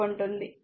కాబట్టి v 2 0